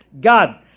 God